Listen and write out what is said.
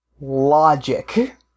Logic